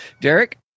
Derek